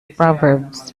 proverbs